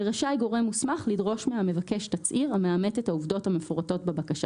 ורשאי גורם מוסמך לדרוש מהמבקש תצהיר המאמת את העובדות המפורטות בבקשה.